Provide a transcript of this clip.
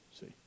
see